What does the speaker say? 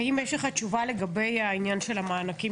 האם יש לך תשובה לגבי העניין של המענקים